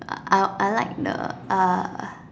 I I like the uh